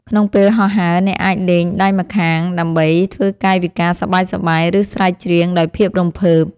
ក្នុងពេលហោះហើរ អ្នកអាចលែងដៃម្ខាងដើម្បីធ្វើកាយវិការសប្បាយៗ ឬស្រែកច្រៀងដោយភាពរំភើប។